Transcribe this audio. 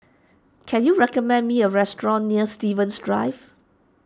can you recommend me a restaurant near Stevens Drive